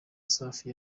safi